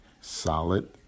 solid